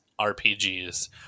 RPGs